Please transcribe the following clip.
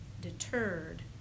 deterred